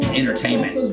entertainment